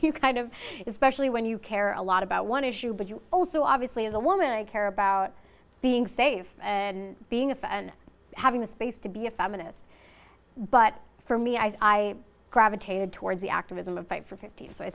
he kind of especially when you care a lot about one issue but you also obviously as a woman i care about being safe and being a fan and having the space to be a feminist but for me i gravitated towards the activism of fight for fifteen so i